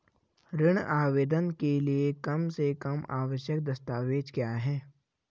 ऋण आवेदन के लिए कम से कम आवश्यक दस्तावेज़ क्या हैं?